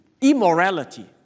Immorality